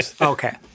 Okay